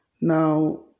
Now